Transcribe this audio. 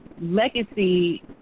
Legacy